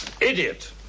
idiot